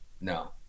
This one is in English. No